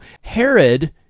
Herod